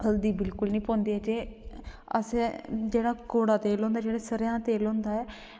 हल्दी बिल्कुल निं पौंदी ते असें जेह्ड़ा कौड़ा तेल होंदा जेह्ड़ा सरेआं तेल होंदा